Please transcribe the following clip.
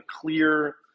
clear